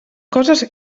coses